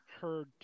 heard